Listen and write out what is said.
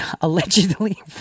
allegedly